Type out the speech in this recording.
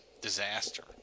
disaster